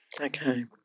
Okay